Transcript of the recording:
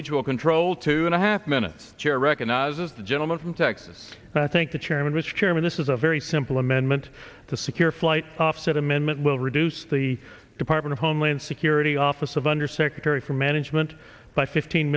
ajmal control two and a half minutes chair recognizes the gentleman from texas i think the chairman mr chairman this is a very simple amendment to secure flight offset amendment will reduce the department of homeland security office of undersecretary for management by fifteen